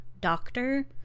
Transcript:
doctor